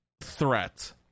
threat